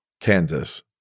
Kansas